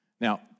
Now